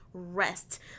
Rest